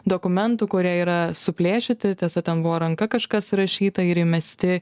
dokumentų kurie yra suplėšyti tiesa ten buvo ranka kažkas surašyta ir įmesti